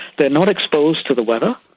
they are not exposed to the weather,